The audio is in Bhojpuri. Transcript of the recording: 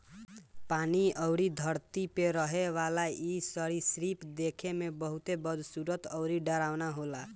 पानी अउरी धरती पे रहेवाला इ सरीसृप देखे में बहुते बदसूरत अउरी डरावना होला